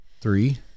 Three